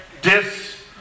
dis